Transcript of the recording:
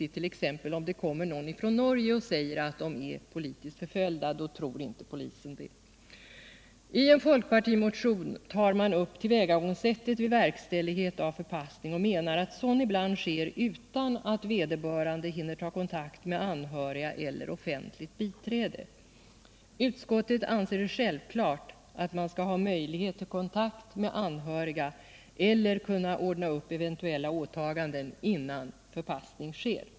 Om det t.ex. kommer någon från Norge och säger att han eller hon är politiskt förföljd tror inte polisen det. I en fp-motion tar man upp tillvägagångssättet vid verkställighet av förpassning och menar att sådan ibland sker utan att vederbörande hinner ta kontakt med anhöriga eller offentligt biträde. Utskottet anser det självklart att man skall ha möjlighet till kontakt med anhöriga eller kunna ordna upp eventuella åtaganden innan förpassning sker.